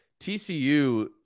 TCU